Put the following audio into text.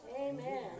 Amen